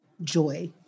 joy